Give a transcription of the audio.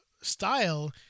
style